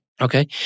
Okay